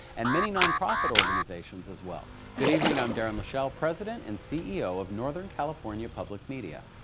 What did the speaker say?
and many nonprofit organizations as well. good evening. i'm darren lashelle, president and ceo of northern california public media.